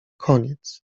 koniec